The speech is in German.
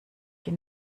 die